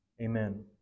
Amen